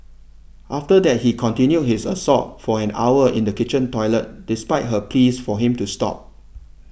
after that he continued his assault for an hour in the kitchen toilet despite her pleas for him to stop